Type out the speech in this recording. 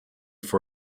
for